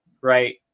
right